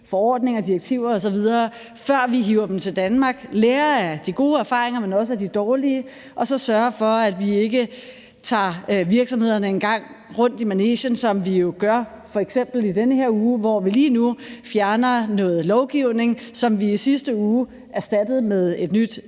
EU-forordninger og -direktiver osv., før vi hiver dem til Danmark, lære af de gode erfaringer, men også af de dårlige, og så sørge for, at vi ikke trækker virksomhederne en gang rundt i manegen, som vi jo gør f.eks. i den her uge, hvor vi lige nu fjerner noget lovgivning, som vi i sidste uge erstattede med ny